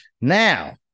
now